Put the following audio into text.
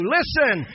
Listen